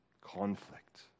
Conflict